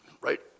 right